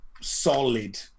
solid